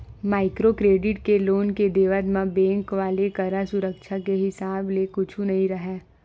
micro credit के loan के देवत म बेंक वाले करा सुरक्छा के हिसाब ले कुछु नइ राहय